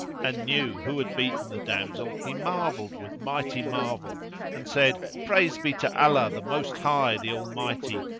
and knew who had beaten the damsel, he marvelled with mighty marvel and said, praise be to allah, the most high, the almighty,